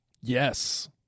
Yes